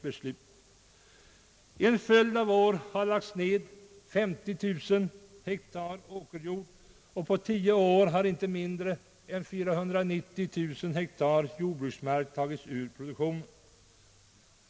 Under en följd av år har 50 000 hektar åkerjord årligen lagts ner, och under en tioårsperiod har inte mindre än 490 000 hektar jordbruksmark tagits ur produktionen.